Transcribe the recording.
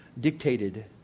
dictated